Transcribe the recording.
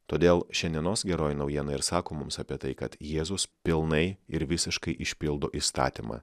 todėl šiandienos geroji naujiena ir sako mums apie tai kad jėzus pilnai ir visiškai išpildo įstatymą